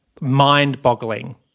mind-boggling